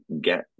get